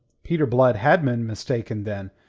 peter blood had been mistaken, then.